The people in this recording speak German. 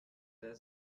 der